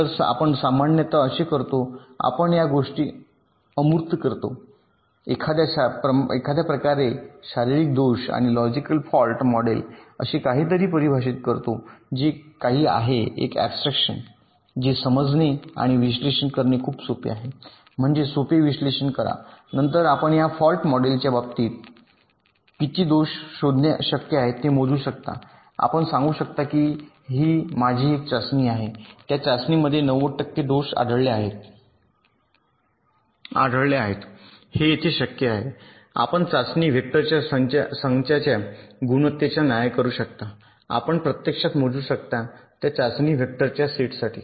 तर आपण सामान्यत असे करतो आपण या गोष्टी अमूर्त करतो एखाद्या प्रकारे शारीरिक दोष आणि लॉजिकल फॉल्ट मॉडेल असे काहीतरी परिभाषित करते जे काही आहे एक अॅबस्ट्रॅक्शन जे समजणे आणि विश्लेषण करणे खूप सोपे आहे म्हणजे सोपे विश्लेषण करा नंतर आपण या फॉल्ट मॉडेलच्या बाबतीत किती दोष शोधणे शक्य आहे ते मोजू शकता आपण सांगू शकता की माझी एक चाचणी आहे त्या चाचणीमध्ये यापैकी 90 टक्के दोष आढळले आहेत हे येथे शक्य आहे आपण चाचणी वेक्टरच्या संचाच्या गुणवत्तेचा न्याय करू शकता आपण प्रत्यक्षात मोजू शकता त्या चाचणी वेक्टरच्या सेटसाठी